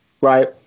right